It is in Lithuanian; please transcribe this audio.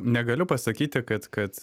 negaliu pasakyti kad kad